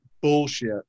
bullshit